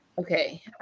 Okay